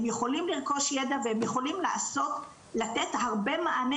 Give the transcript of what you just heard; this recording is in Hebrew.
הם יכולים לרכוש ידע ויכולים לתת הרבה מענה